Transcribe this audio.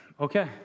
Okay